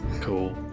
cool